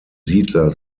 siedler